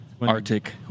Arctic